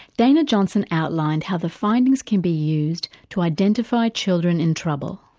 dana johnson outlined how the findings can be used to identify children in trouble.